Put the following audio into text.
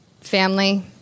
family